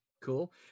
Cool